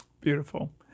Beautiful